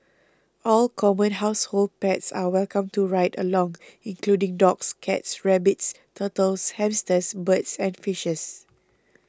all common household pets are welcome to ride along including dogs cats rabbits turtles hamsters birds and fishes